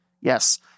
Yes